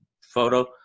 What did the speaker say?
photo